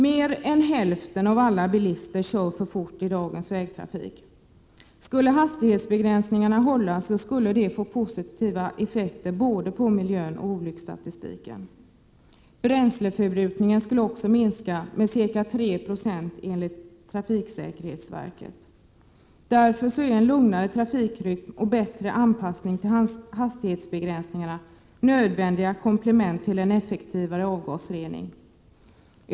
Mer än hälften av alla bilister kör för fort i dagens vägtrafik. Om hastighetsbegränsningarna beaktades skulle effekterna på både miljön och olycksstatistiken bli positiva. Enligt trafiksäkerhetsverket skulle också bränsleförbrukningen minska med ca 3 90. Därför är en lugnare trafikrytm och en bättre anpassning till hastighetsbegränsningarna nödvändiga komplement till en effektivare avgasrening.